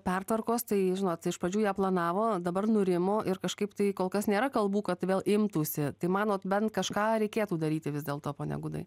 pertvarkos tai žinot iš pradžių jie planavo dabar nurimo ir kažkaip tai kol kas nėra kalbų kad vėl imtųsi tai manot bent kažką reikėtų daryti vis dėlto pone gudai